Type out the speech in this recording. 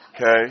Okay